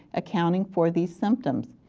accounting for these symptoms.